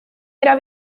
era